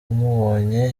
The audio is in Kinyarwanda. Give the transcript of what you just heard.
amubonye